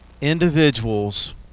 individuals